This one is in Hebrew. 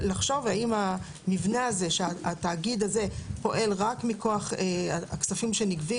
זה שהתאגיד הזה פועל רק מכוח הכספים שנגבים